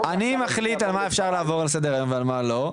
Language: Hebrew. --- אני מחליט על מה אפשר לעבור לסדר היום ועל מה לא,